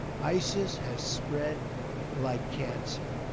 isis has spread like cancer.